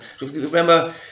Remember